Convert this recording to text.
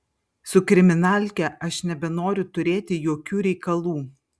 su kriminalke aš nebenoriu turėti jokių reikalų